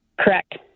Correct